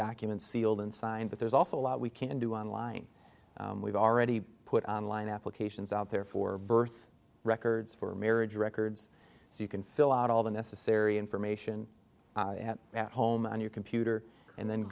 documents sealed and signed but there's also a lot we can do online we've already put online applications out there for birth records for marriage records so you can fill out all the necessary information at home on your computer and then